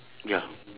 ya